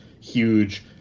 huge